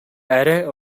арай